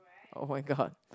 oh-my-god